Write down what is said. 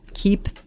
keep